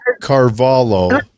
carvalho